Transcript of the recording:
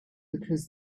because